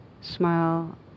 smile